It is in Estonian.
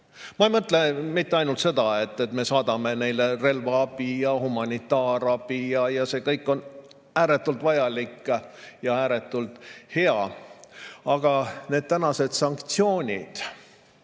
Ma ei mõtle mitte ainult seda, et me saadame neile relvaabi ja humanitaarabi – see kõik on ääretult vajalik ja ääretult hea. Aga tänased sanktsioonid,